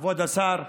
כבוד השר,